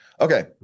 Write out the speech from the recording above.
Okay